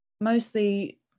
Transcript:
Mostly